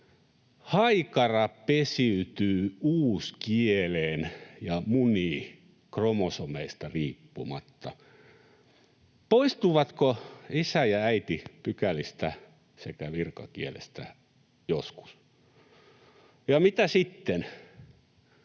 Haikara pesiytyy uuskieleen ja munii kromosomeista riippumatta. Poistuvatko isä ja äiti pykälistä sekä virkakielestä joskus? Ja mitä sitten?